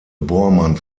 bormann